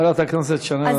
חברת הכנסת שרן השכל.